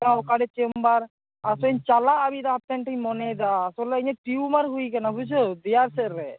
ᱚᱠᱟᱨᱮ ᱪᱮᱢᱵᱟᱨ ᱟᱨ ᱥᱮᱧ ᱪᱟᱞᱟᱜᱼᱟ ᱢᱤᱫ ᱫᱷᱟᱣ ᱟᱵᱤᱴᱷᱮᱱᱤᱧ ᱢᱚᱱᱮᱭᱮᱫᱟ ᱟᱥᱚᱞᱮ ᱤᱧᱟᱹᱜ ᱴᱤᱭᱩᱢᱟᱨ ᱦᱩᱭ ᱟᱠᱟᱱᱟ ᱵᱩᱡᱷᱟᱹᱣ ᱫᱮᱭᱟ ᱥᱮᱫᱨᱮ